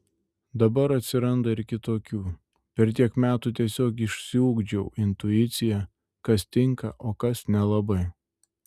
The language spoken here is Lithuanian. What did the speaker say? dabar atsiranda ir kitokių per tiek metų tiesiog išsiugdžiau intuiciją kas tinka o kas nelabai